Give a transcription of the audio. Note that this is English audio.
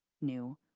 new